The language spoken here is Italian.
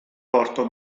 porto